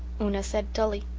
una said dully.